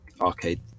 arcade